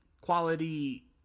quality